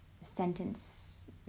sentence